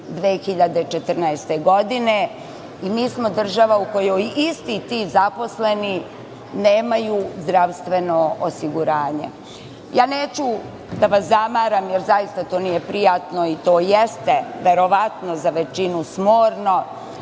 2014. godine, i mi smo država u kojoj isti ti zaposleni nemaju zdravstveno osiguranje. Neću da vas zamaram, jer zaista to nije prijatno i to jeste verovatno za većinu smorno,